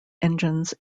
engines